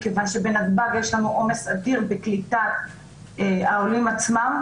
מכיוון שבנתב"ג יש לנו עומס אדיר בקליטת העולים עצמם,